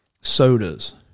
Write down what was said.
sodas